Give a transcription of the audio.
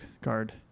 guard